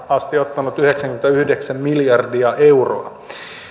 asti ottanut yhdeksänkymmentäyhdeksän miljardia euroa